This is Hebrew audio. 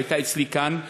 היא הייתה אצלי כאן,